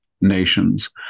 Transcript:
nations